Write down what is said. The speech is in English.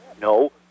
no